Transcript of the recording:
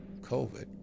COVID